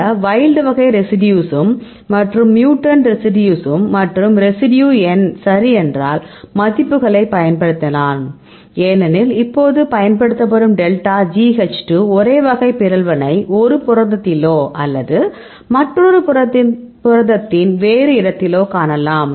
இந்த வைல்ட் வகை ரெசிடியூசும் மற்றும் மியூட்டன்ட் ரெசிடியூசும் மற்றும் ரெசிடியூ எண் சரி என்றால் மதிப்புகளை பயன்படுத்தலாம் ஏனெனில் இப்போது பயன்படுத்தும் டெல்டா G H 2 ஒரே வகை பிறழ்வினை ஒரு புரதத்திலோ அல்லது மற்றொரு புரதத்தின் வேறு இடத்திலோ காணலாம்